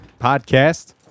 podcast